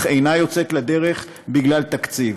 מוסכמת, אך אינה יוצאת לדרך, בגלל תקציב.